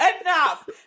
enough